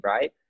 right